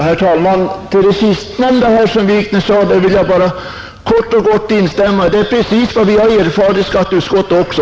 Herr talman! I det senaste citatet som herr Wikner anförde vill jag bara kort och gott instämma, Det är precis vad vi borgerliga erfarit i skatteutskottet också.